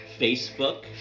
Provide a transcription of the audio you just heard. Facebook